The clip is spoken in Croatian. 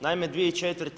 Naime, 2004.